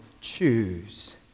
choose